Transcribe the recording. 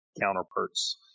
counterparts